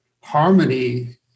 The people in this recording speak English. harmony